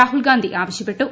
രാഹുൽഗാന്ധി ആവശ്യപ്പെട്ടു